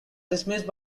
dismissed